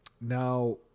now